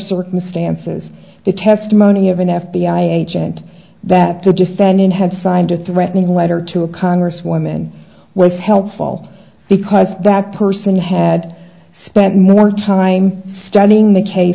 circumstances the testimony of an f b i agent that the defendant had signed a threatening letter to a congresswoman was helpful because that person had spent more time studying the case